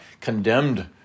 condemned